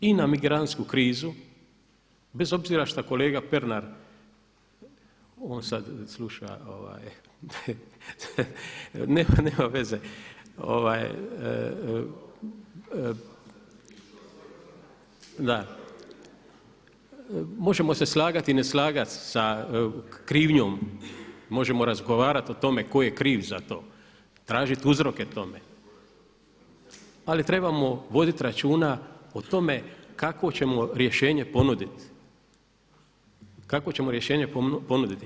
To se odnosi i na migrantsku krizu bez obzira šta kolega Pernar on sad sluša, nema veze, možemo se slagati i ne slagat sa krivnjom, možemo razgovarati o tome tko je kriv za to, tražit uzroke tome ali trebamo voditi računa o tome kakvo ćemo rješenje ponudit, kakvo ćemo rješenje ponudit.